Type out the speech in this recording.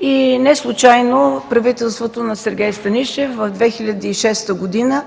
и неслучайно правителството на Сергей Станишев през 2006 г.